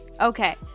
Okay